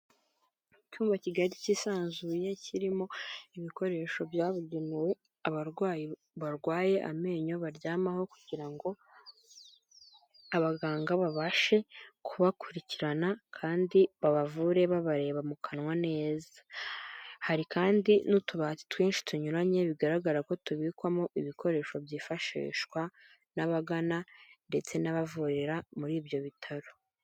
Icyumba kigari cyisanzuye kirimo ibikoresho byabugenewe abarwayi barwaye amenyo baryamaho, kugira ngo abaganga babashe kubakurikirana kandi babavure babareba mu kanwa neza, hari kandi n'utubati twinshi tunyuranye bigaragara ko tubikwamo ibikoresho byifashishwa n'abagana ndetse n'abavurira muri ibyo bitaro.